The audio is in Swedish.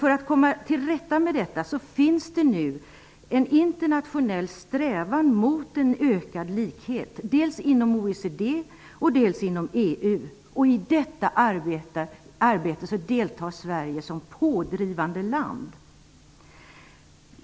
För att komma till rätta med detta finns det nu en internationell strävan mot en ökad likhet, dels inom OECD, dels inom EU. I detta arbete deltar Sverige som pådrivande land.